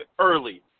early